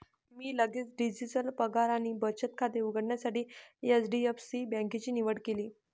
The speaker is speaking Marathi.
मी लगेच डिजिटल पगार आणि बचत खाते उघडण्यासाठी एच.डी.एफ.सी बँकेची निवड केली